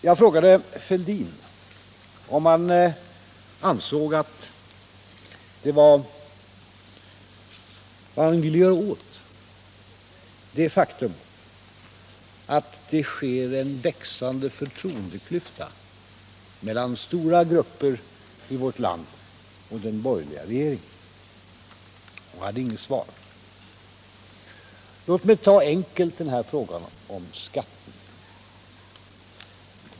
Jag frågade herr Fälldin om han ansåg att det fanns något att göra åt den växande förtroendeklyftan mellan stora grupper i vårt land och den borgerliga regeringen. Herr Fälldin hade inget svar på den frågan. Låt mig ta ett enkelt exempel, frågan om skatterna.